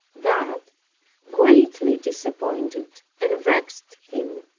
that greatly disappointed and vexed him.